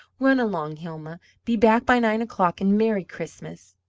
run along, hilma be back by nine o'clock and merry christmas!